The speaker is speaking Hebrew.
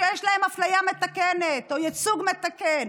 שיש להם אפליה מתקנת או ייצוג מתקן,